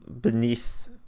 beneath